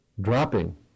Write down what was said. Dropping